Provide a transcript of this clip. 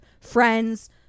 friends